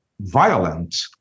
violent